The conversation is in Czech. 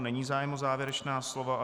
Není zájem o závěrečná slova.